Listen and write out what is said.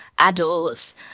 Adults